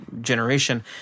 generation